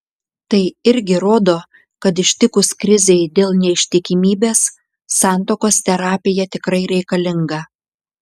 tai irgi rodo kad ištikus krizei dėl neištikimybės santuokos terapija tikrai reikalinga